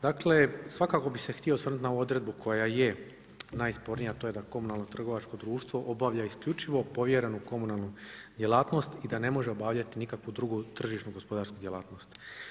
Dakle svakako bih se htio osvrnuti na ovu odredbu koja je najspornija a to je da komunalno trgovačko društvo obavlja isključivo povjerenu komunalnu djelatnost i da ne može obavljati nikakvu drugu tržišnu gospodarsku djelatnost.